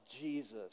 Jesus